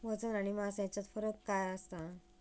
वजन आणि मास हेच्यात फरक काय आसा?